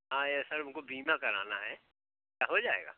हाँ ये सर हमको बीमा कराना है क्या हो जाएगा